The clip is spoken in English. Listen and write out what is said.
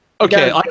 okay